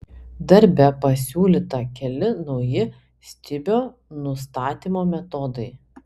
darbe pasiūlyta keli nauji stibio nustatymo metodai